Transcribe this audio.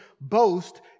boast